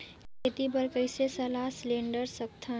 खेती बर कइसे सलाह सिलेंडर सकथन?